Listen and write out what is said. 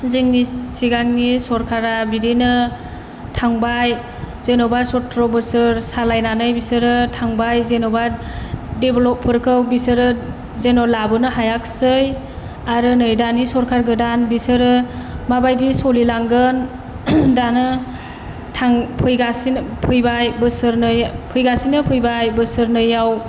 जोंनि सिगांनि सरखारा बिदिनो थांबाय जेन'बा शथ्र बोसोर सालायनानै बिसोरो थांबाय जेन'बा डेभ्लबफोरखौ बिसोरो जेन' लाबोनो हायाखसै आरो नै दानि सरकार गोदान बिसोरो माबायदि सोलिलांगोन दानो थां फैगासिनो फैबाय बोसोरनै फैगासिनो फैबाय बोसोरनैयाव